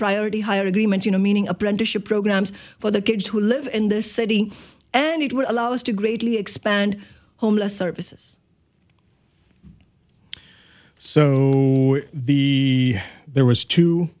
priority hire agreement you know meaning apprenticeship programs for the kids who live in the city and it would allow us to greatly expand homeless services so the there was two